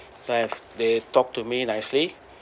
have they talk to me nicely